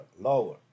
lower